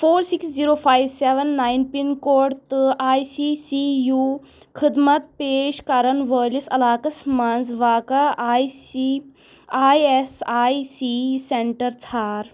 four six zero five seven nine pin code تہٕ I C C U خدمت پیش کرن وٲلِس علاقس مَنٛز واقع I C I S I C centre ژھانڈ